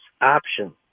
option